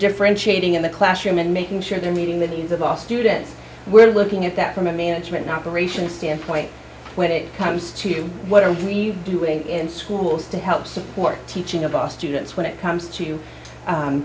differentiating in the classroom and making sure they're meeting the needs of all students we're looking at that from a management not gratian standpoint when it comes to what are we doing in schools to help support teaching of austen's when it comes to